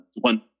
one